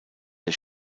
der